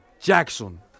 Jackson